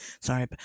sorry